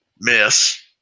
miss